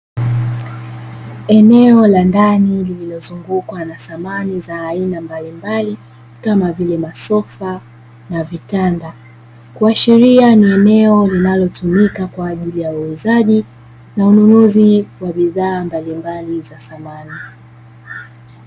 Eneo la ndani lililozungukwa na samani za aina mbalimbali kama vile; masofa na vitanda kuashiria ni eneo linalotumika kwa ajili ya uuzaji na ununuzi wa bidhaa mbalimbali za samani.